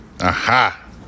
Aha